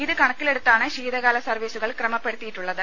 ഇതു കണ ക്കിലെടുത്താണ് ശീതകാല സർവ്വീസുകൾ ക്രമപ്പെടുത്തിയി ട്ടുള്ളത്